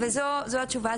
וזו התשובה.